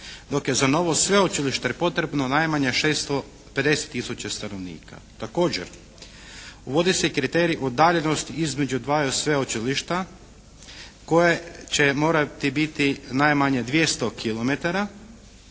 dok je za novo sveučilište potrebno najmanje 650 tisuća stanovnika. Također uvodi se kriterij udaljenost između dvaju sveučilišta koje će morati biti najmanje 200